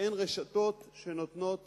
שהן רשתות שנותנות